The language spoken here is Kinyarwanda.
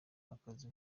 akazi